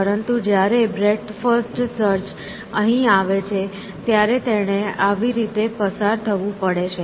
પરંતુ જ્યારે breadth first search અહીં આવે છે ત્યારે તેણે આવી રીતે પસાર થવું પડે છે